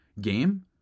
game